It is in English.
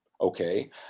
okay